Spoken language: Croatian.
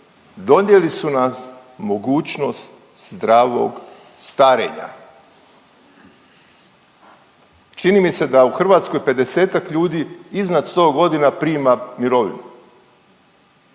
Donijeli su nam mogućnost zdravog starenja. Čini mi se da u Hrvatskoj 50-ak ljudi iznad 100 godina prima mirovinu,